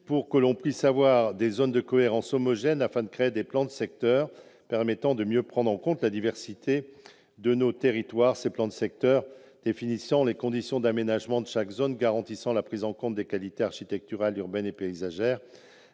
possible de distinguer des zones de cohérence homogènes et, dès lors, de créer des plans de secteur permettant de mieux prendre en considération la diversité de nos territoires. Ces plans de secteurs définiraient les conditions d'aménagement de chaque zone, en garantissant la prise en compte des qualités architecturales, urbaines et paysagères